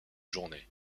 journée